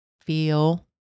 feel